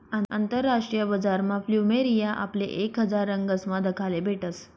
आंतरराष्ट्रीय बजारमा फ्लुमेरिया आपले एक हजार रंगसमा दखाले भेटस